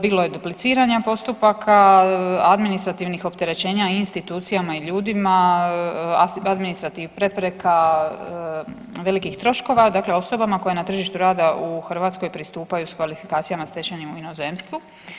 Bilo je dupliciranja postupaka, administrativnih opterećenja i institucijama i ljudima, administrativnih prepreka, velikih troškova, dakle osobama koje na tržištu rada u Hrvatskoj pristupaju s kvalifikacijama stečenim u inozemstvu.